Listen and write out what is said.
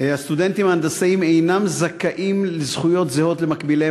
לסטודנטים ההנדסאים אין זכויות זהות למקביליהם